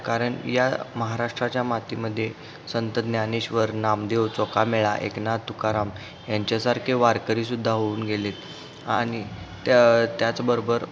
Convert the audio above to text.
कारण या महाराष्ट्राच्या मातीमध्ये संत ज्ञानेश्वर नामदेव चोखामेळा एकनाथ तुकाराम यांच्यासारखे वारकरीसुद्धा होऊन गेलेत आणि त्या त्याचबरोबर